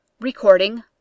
recording